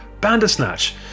Bandersnatch